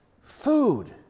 Food